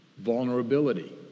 vulnerability